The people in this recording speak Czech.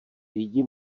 jdi